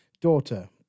Daughter